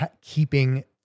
keeping